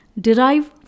derive